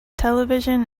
television